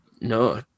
no